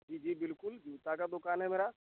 जी जी बिलकुल जूता का दुकान है मेरा